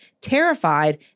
terrified